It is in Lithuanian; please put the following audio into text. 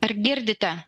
ar girdite